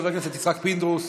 חבר הכנסת יצחק פינדרוס,